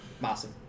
massive